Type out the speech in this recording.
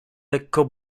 lekko